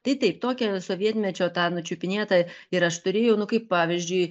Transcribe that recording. tai taip tokią sovietmečio tą nučiupinėtą ir aš turėjau nu kaip pavyzdžiui